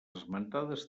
esmentades